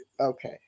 Okay